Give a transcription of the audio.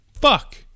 fuck